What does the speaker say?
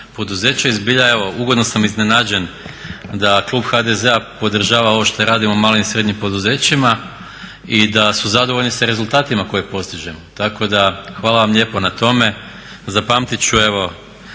poduzeća i zbilja evo ugodno sam iznenađen da klub HDZ-a podržavamo ovo što radimo u malim i srednjim poduzećima i da su zadovoljni sa rezultatima koje postižemo. Tako da hvala vam lijepo na tome, zapamtit ću.